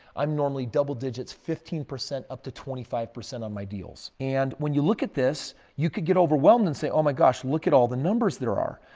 i'm normally double digits. fifteen percent up to twenty five percent on my deals. and when you look at this, you could get overwhelmed and say, oh my gosh, look at all the numbers there are.